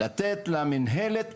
לתת למנהלת,